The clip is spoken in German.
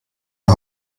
der